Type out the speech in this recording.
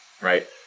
right